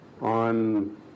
on